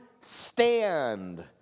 stand